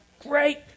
great